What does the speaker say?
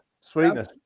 Sweetness